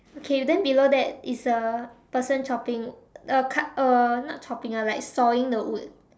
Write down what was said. okay then below that is a person chopping uh cut uh not chopping ah like sawing the wood